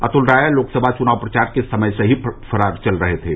अतुल राय लोकसभा चुनाव प्रचार के समय से ही फरार चल रहे थे